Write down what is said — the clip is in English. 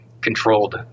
controlled